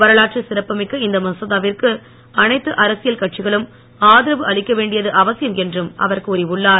வரலாற்று சிறப்பு மிக்க இந்த மசோதாவிற்கு அனைத்து அரசியல் கட்சிகளும் ஆதரவு அளிக்க வேண்டியது அவசியம் என்றும் அவர் கூறி உள்ளார்